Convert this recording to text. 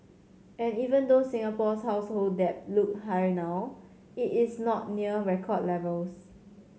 and even though Singapore's household debt look high now it is not near record levels